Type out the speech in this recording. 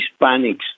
Hispanics